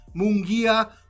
Mungia